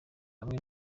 hamwe